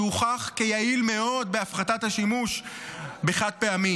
שהוכח כיעיל מאוד בהפחתת השימוש בחד-פעמי.